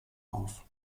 auf